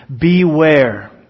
beware